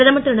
பிரதமர் திரு